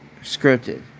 scripted